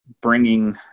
bringing